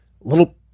little